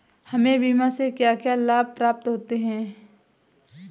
हमें बीमा से क्या क्या लाभ प्राप्त होते हैं?